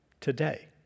today